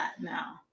now